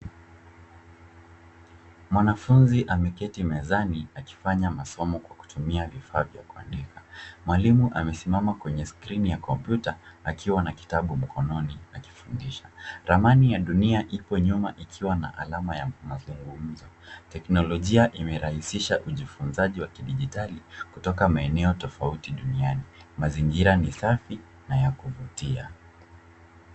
Mwanafunzi ameketi mezani akifanya masomo kwa kutumia vifaa vya kuandika. Mwalimu amesimama kwenye skrini ya kompyuta akiwa na kitabu mkononi akifundisha. Ramani ya dunia iko nyuma ikiwa na alama ya mazungumzo. Teknolojia imerahisisha ujifunzaji wa kidijitali kutoka maeneo tofauti duniani. Mazingira ni safi na ya kuvutia.